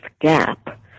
gap